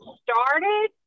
started